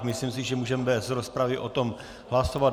Myslím si, že můžeme bez rozpravy o tom hlasovat.